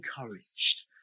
encouraged